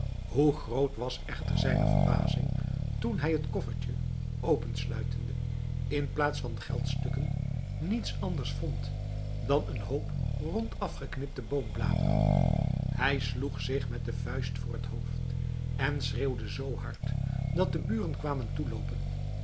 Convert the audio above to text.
hoe groot was echter zijne verbazing toen hij het koffertje opensluitende in plaats van geldstukken niets anders vond dan een hoop rond afgeknipte boombladeren hij sloeg zich met de vuist voor het hoofd en schreeuwde zoo hard dat de buren kwamen